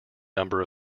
number